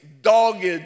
dogged